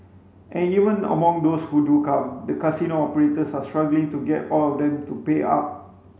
and even among those who do come the casino operators are struggling to get all of them to pay up